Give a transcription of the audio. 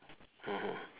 mmhmm